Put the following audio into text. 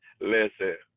listen